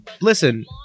listen